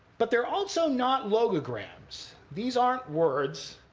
but they're also not logograms. these aren't words.